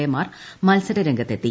A മാർ മത്സരരംഗത്ത് എത്തി